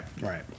right